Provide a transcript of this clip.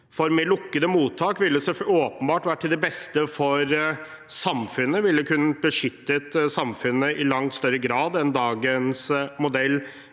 Lukkede mottak ville åpenbart vært til det beste for samfunnet, det ville kunne beskytte samfunnet i langt større grad enn dagens modell